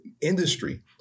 industry